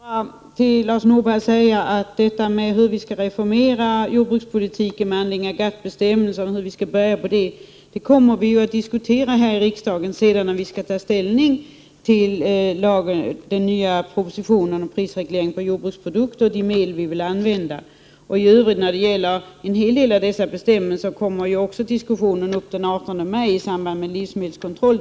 Fru talman! Till Lars Norberg vill jag säga att frågan hur vi skall reformera jordbrukspolitiken med anledning av GATT-bestämmelserna kommer vi att diskutera här i riksdagen när vi skall ta ställning till den nya propositionen om prisreglering på jordbruksprodukter. En hel del av dessa bestämmelser kommer ju också att diskuteras den 18 maj i samband med debatten om livsmedelskontroll.